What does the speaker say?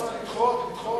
לדחות.